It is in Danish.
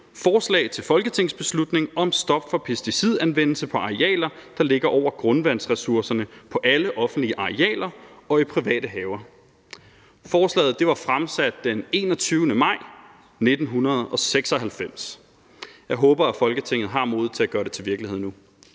forslag til folketingsbeslutning om stop for pesticidanvendelse på arealer, der ligger over grundvandsressourcerne, på alle offentlige arealer og i private haver. Forslaget blev fremsat den 21. maj 1996. Jeg håber, at Folketinget har modet til at gøre det til virkelighed nu.